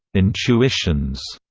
intuitions,